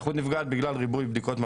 האיכות נפגעת בגלל ריבוי בדיקות מעבדה,